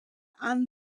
han